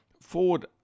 Ford